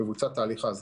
מבוצע תהליך ההזרקה.